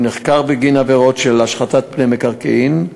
הוא נחקר בגין עבירות של השחתת פני מקרקעין.